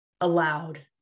allowed